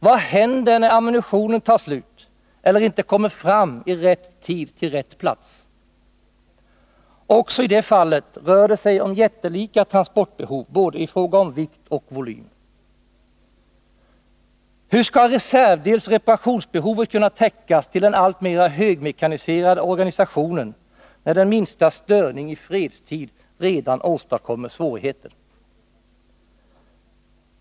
Vad händer när ammunitionen tar slut eller inte kommer fram i rätt tid till rätt plats? Också i det fallet rör det sig om jättelika transportbehov i fråga om både vikt och volym. Hur skall reservdelsoch reparationsbehovet kunna täckas till den alltmer högmekaniserade organisationen, när den minsta störning redan i fredstid åstadkommer svårigheter?